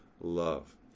love